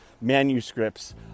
manuscripts